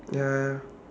ya